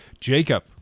Jacob